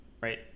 right